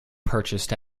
purchased